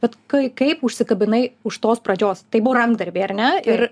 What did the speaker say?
bet kai kaip užsikabinai už tos pradžios tai buvo rankdarbiai ar ne ir